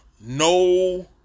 no